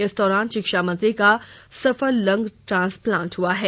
इस दौरान शिक्षा मंत्री का सफल लंग्स ट्रांस्पलांट हुआ है